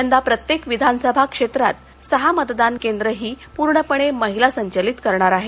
यंदा प्रत्येक विधानसभा क्षेत्रात सहा मतदान केंद्र ही पुर्णपणे महिला संचलित करणार आहेत